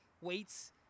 weights